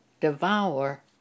devour